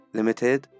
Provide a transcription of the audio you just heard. limited